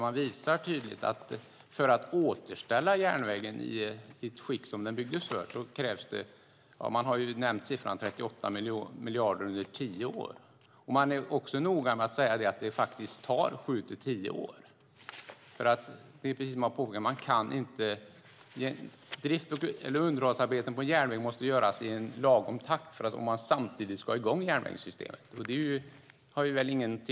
Man visar tydligt att för att återställa järnvägen till det skick som den byggdes för krävs det, som man nämnt, 38 miljarder under tio år. Man är också noga med att säga att det här tar sju till tio år. Drifts och underhållsarbeten på järnvägen måste göras i lagom takt om järnvägssystemet samtidigt ska vara i gång.